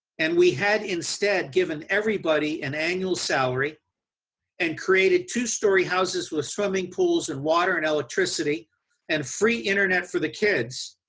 and we had instead given everybody an annual salary and created two story houses with swimming pools with water and electricity and free internet for the kids,